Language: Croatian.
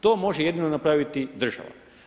To može jedino napraviti država.